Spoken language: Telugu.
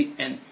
1Cn